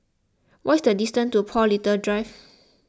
what is the distance to Paul Little Drive